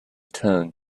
turned